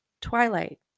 twilight